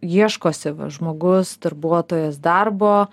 ieškosi va žmogus darbuotojas darbo